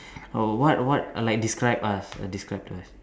oh what what like describe us describe to us